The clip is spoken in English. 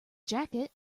jacket